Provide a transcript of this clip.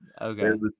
okay